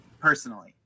personally